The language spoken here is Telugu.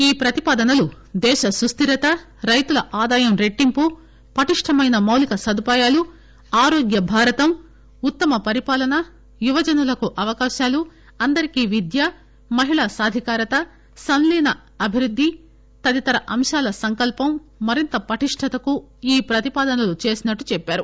ఈ ప్రతిపాదనలు దేశ సుస్దిరత రైతుల ఆదాయం రెట్టింపు పటిష్టమైన మౌలిక సదుపాయాలు ఆరోగ్య భారతం ఉత్తమ పరిపాలన యువజనులకు అవకాశాలు అందరికి విద్య మహిళా సాధికారత సంలీన అభివృద్ది తదితర అంశాల సంకల్పం మరింత పటిష్టతకు ఈ ప్రతిపాదనలు చేసినట్టు చెప్పారు